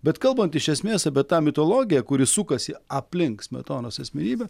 bet kalbant iš esmės apie tą mitologiją kuri sukasi aplink smetonos asmenybę